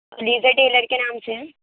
Alizeh Taylor کے نام سے ہے